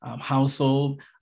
household